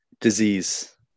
disease